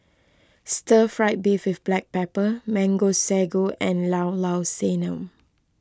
Stir Fried Beef with Black Pepper Mango Sago and Llao Llao Sanum